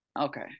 Okay